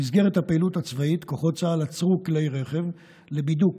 במסגרת הפעילות הצבאית כוחות צה"ל עצרו כלי רכב לבידוק,